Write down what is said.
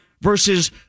versus